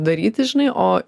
daryti žinai o